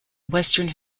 western